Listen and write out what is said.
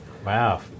Wow